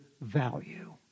value